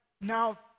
now